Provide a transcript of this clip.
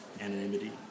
anonymity